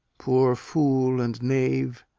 poor fool and knave,